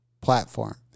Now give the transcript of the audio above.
platform